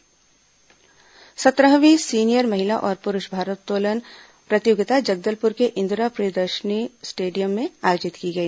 भारोत्तोलन प्रतियोगिता सत्रहवीं सीनियर महिला और पुरूष भारोत्तोलन प्रतियोगिता जगदलपुर के इंदिरा प्रियदर्शनी स्टेडियम में आयोजित की गई